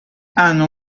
hanno